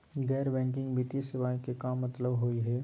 गैर बैंकिंग वित्तीय सेवाएं के का मतलब होई हे?